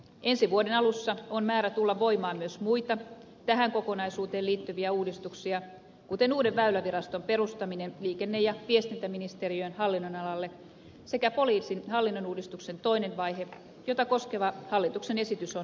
ensi vuoden alussa on määrä tulla voimaan myös muita tähän kokonaisuuteen liittyviä uudistuksia kuten uuden väyläviraston perustaminen liikenne ja viestintäministeriön hallinnonalalle sekä poliisin hallinnonuudistuksen toinen vaihe jota koskeva hallituksen esitys on myös tänään lähetekeskustelussa